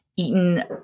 eaten